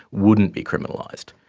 wouldn't be criminalised.